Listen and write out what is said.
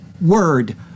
word